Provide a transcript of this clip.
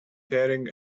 tearing